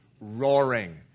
roaring